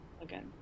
again